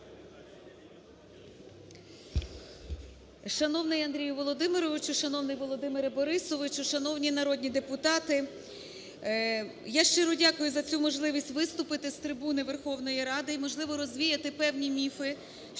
Шановний Андрію Володимировичу! Шановний Володимире Борисовичу! Шановні народні депутати! Я щиро дякую за цю можливість виступити з трибуни Верховної Ради і, можливо, розвіяти певні міфи,